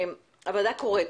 הוועדה קוראת